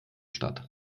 statt